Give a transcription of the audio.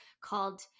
called